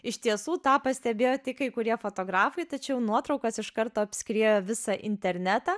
iš tiesų tą pastebėjo tik kai kurie fotografai tačiau nuotraukos iš karto apskriejo visą internetą